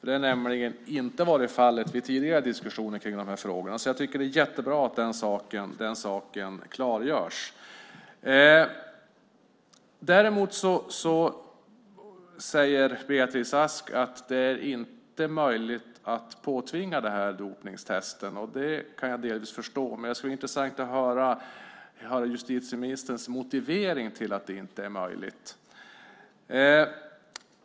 Det har nämligen inte varit fallet vid tidigare diskussioner om de här frågorna, så jag tycker att det är jättebra att den saken klargörs. Däremot säger Beatrice Ask att det inte är möjligt att påtvinga dopningstest. Det kan jag delvis förstå, men det skulle vara intressant att höra justitieministerns motivering till att det inte är möjligt.